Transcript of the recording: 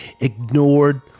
ignored